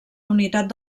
unitat